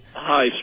hi